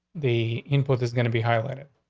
the input is going to be highlighted.